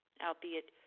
albeit